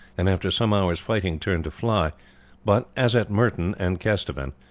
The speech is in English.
and after some hours' fighting turned to fly but, as at merton and kesteven,